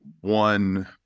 one